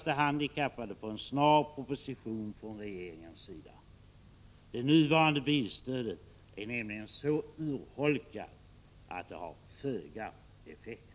De handikappade hoppas på en snar proposition från regeringens sida. Det nuvarande bilstödet är nämligen så urholkat att det har föga effekt.